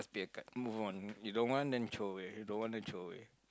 let's pick a card move on you don't want then throw away you don't want to throw away